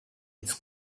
it’s